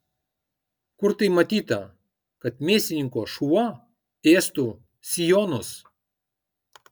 kur tai matyta kad mėsininko šuo ėstų sijonus